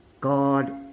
God